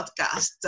podcast